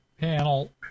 panel